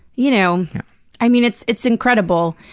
you know i mean, it's it's incredible.